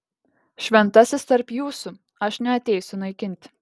šventasis tarp jūsų aš neateisiu naikinti